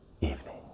evening